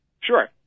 Sure